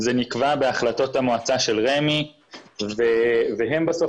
זה נקבע בהחלטות המועצה של רשות מקרקעי ישראל והם בסוף